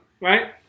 Right